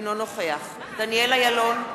אינו נוכח דניאל אילון,